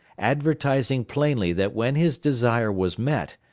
advertising plainly that when his desire was met,